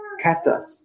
kata